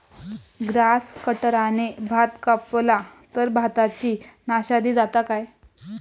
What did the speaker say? Grass कटराने भात कपला तर भाताची नाशादी जाता काय?